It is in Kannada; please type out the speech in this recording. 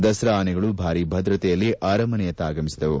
ದಸರಾ ಆನೆಗಳು ಭಾರೀ ಭದ್ರತೆಯಲ್ಲಿ ಅರಮನೆಯತ್ತ ಆಗಮಿಸಿದವು